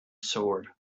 sword